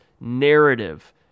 narrative